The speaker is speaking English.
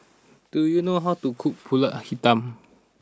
do you know how to cook Pulut Hitam